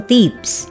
Tips